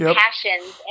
passions